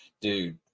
dude